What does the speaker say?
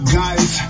guys